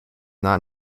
not